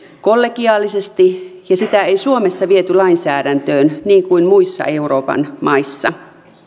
kollegiaalisesti ja sitä ei suomessa viety lainsäädäntöön niin kuin muissa euroopan maissa